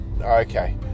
okay